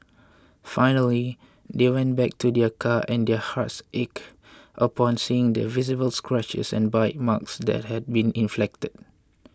finally they went back to their car and their hearts ached upon seeing the visible scratches and bite marks that had been inflicted